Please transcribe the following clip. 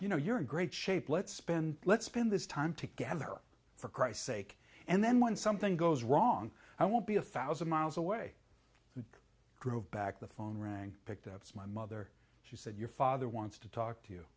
you know you're in great shape let's spend let's spend this time together for christ sake and then when something goes wrong i will be a thousand miles away drove back the phone rang picked up as my mother she said your father wants to talk to you